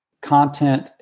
content